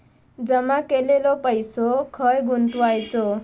जमा केलेलो पैसो खय गुंतवायचो?